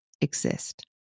exist